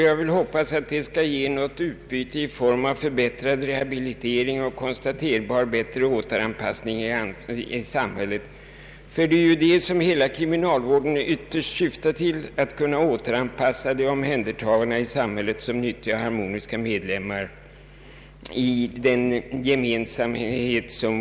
Jag hoppas att det skall ge utbyte i form av bättre rehabilitering och konstaterbar bättre anpassning i samhället, vilket ju är det mål som hela kriminalvården ytterst syftar till, det vill säga att söka återanpassa de omhändertagna i samhället som nyttiga och harmoniska medlemmar i gemensamheten.